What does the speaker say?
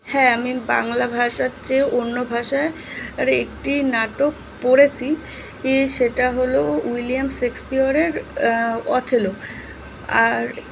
হ্যাঁ আমি বাংলা ভাষার চেয়েও অন্য ভাষার আর একটি নাটক পড়েছি ই সেটা হলো উইলিয়াম শেক্সপিয়রের অথেলো আর